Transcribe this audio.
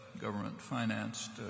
government-financed